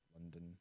London